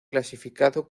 clasificado